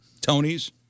Tony's